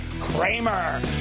Kramer